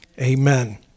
Amen